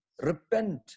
repent